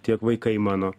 tiek vaikai mano